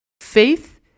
Faith